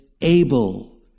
able